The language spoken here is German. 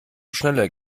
schneller